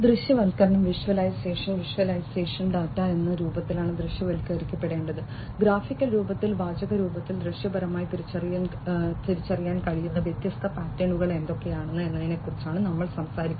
ദൃശ്യവൽക്കരണം visualisation data ഏത് രൂപത്തിലാണ് ദൃശ്യവൽക്കരിക്കപ്പെടേണ്ടത് ഗ്രാഫിക്കൽ രൂപത്തിൽ വാചക രൂപത്തിൽ ദൃശ്യപരമായി തിരിച്ചറിയാൻ കഴിയുന്ന വ്യത്യസ്ത പാറ്റേണുകൾ എന്തൊക്കെയാണ് എന്നതിനെക്കുറിച്ചാണ് നമ്മൾ സംസാരിക്കുന്നത്